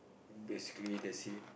basically that's it